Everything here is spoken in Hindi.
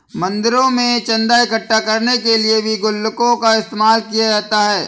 मंदिरों में चन्दा इकट्ठा करने के लिए भी गुल्लकों का इस्तेमाल किया जाता है